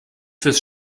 fürs